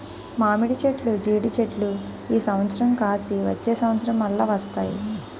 మామిడి చెట్లు జీడి చెట్లు ఈ సంవత్సరం కాసి వచ్చే సంవత్సరం మల్ల వస్తాయి